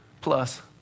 Plus